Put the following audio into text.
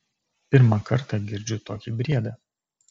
pirmą kartą girdžiu tokį briedą